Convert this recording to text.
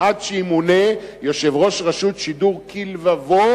עד שימונה יושב-ראש רשות שידור כלבבו,